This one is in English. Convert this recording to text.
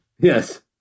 Yes